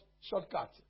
shortcut